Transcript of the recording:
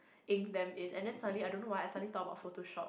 ink them in and then suddenly I don't know why I suddenly thought of photoshop